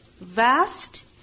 Vast